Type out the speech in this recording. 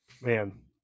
Man